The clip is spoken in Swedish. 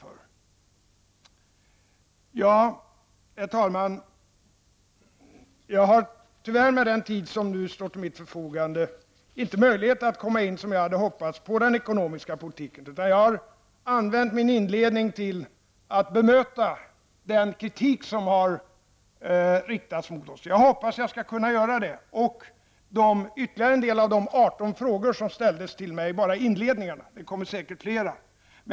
Herr talman! Jag har tyvärr med den tid som nu står till mitt förfogande inte möjlighet att, som jag hade hoppats, komma in på den ekonomiska politiken, utan jag har använt min inledning till att bemöta den kritik som har riktats mot oss. Jag hoppas att jag skall kunna komma in på den ekonomiska politiken och ytterligare en del av de 18 frågor som ställdes till mig bara i inledningarna. Det kommer säkert flera.